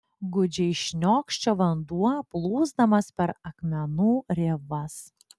gūdžiai šniokščia vanduo plūsdamas per akmenų rėvas